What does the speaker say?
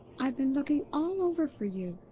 i've been looking all over for you.